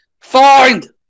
Find